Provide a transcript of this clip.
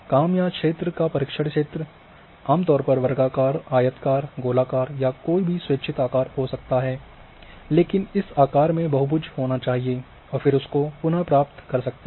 काम का क्षेत्र या परीक्षण क्षेत्र आमतौर पर वर्गाकार आयताकार गोलाकार या कोई भी स्वेछित आकार हो सकता है लेकिन इस आकार में बहुभुज होना चाहिए और फिर उसको पुनः प्राप्त कर सकते हैं